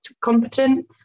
competent